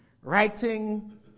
Writing